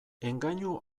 engainu